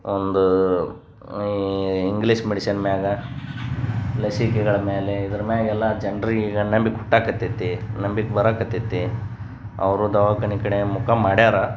ಒಂದು English medicine ಮ್ಯಾಲ ಲಸಿಕೆಗಳ ಮೇಲೆ ಇದ್ರ ಮ್ಯಾಲೆಲ್ಲ ಜನ್ರಿಗೆ ಈಗ ನಂಬಿಕೆ ಹುಟ್ಟೋಕತ್ತೈತಿ ನಂಬಿಕೆ ಬರೋಕತ್ತೇತಿ ಅವರು ದವಾಖಾನೆ ಕಡೆ ಮುಖ ಮಾಡ್ಯಾರೆ